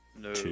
no